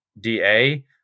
da